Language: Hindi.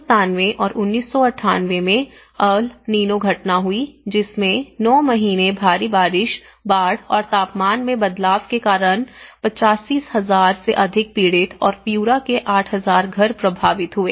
1997 और 1998 में अल नीनो घटना हुई जिसमें 9 महीने भारी बारिश बाढ़ और तापमान में बदलाव के कारण 85000 से अधिक पीड़ित और पिउरा के 8000 घर प्रभावित हुए